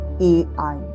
AI